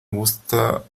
gusta